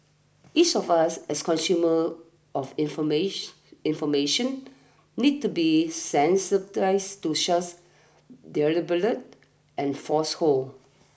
each of us as consumers of information needs to be sensitised to such deliberate and falsehoods